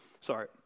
Sorry